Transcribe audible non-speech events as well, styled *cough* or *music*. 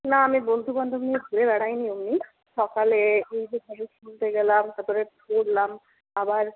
না আমি বন্ধু বান্ধব নিয়ে ঘুরে বেড়াইনি অমনি সকালে *unintelligible* গেলাম তার পরে পড়লাম আবার